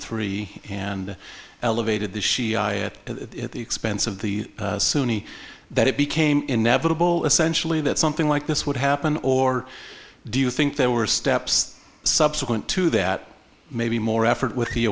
three and elevated this to the expense of the sunni that it became inevitable essentially that something like this would happen or do you think there were steps subsequent to that maybe more effort with the